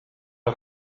els